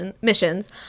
missions